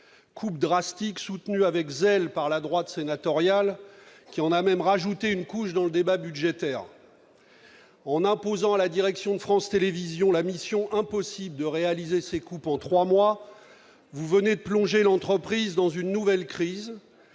coupe drastique soutenue avec zèle par la droite sénatoriale, qui en a même rajouté une couche lors du débat budgétaire. En imposant à la direction de France Télévisions la mission impossible de réaliser ces coupes en trois mois, vous venez de plonger l'entreprise dans une nouvelle crise,